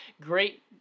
great